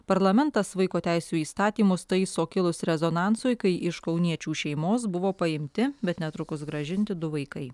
parlamentas vaiko teisių įstatymus taiso kilus rezonansui kai iš kauniečių šeimos buvo paimti bet netrukus grąžinti du vaikai